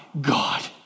God